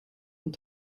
und